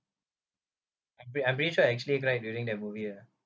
I'm I'm very sure I actually cried during that movie ah